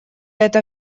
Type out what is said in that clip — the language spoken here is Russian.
это